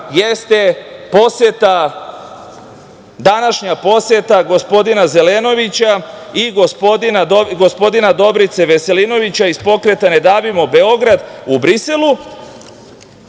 jeste poseta, današnja poseta gospodina Zelenovića i gospodina Dobrice Veselinovića iz pokreta Ne davimo Beograd, u Briselu,